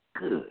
Good